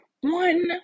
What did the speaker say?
one